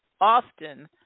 often